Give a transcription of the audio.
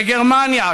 בגרמניה,